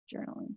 journaling